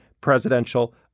presidential